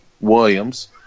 Williams